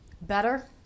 Better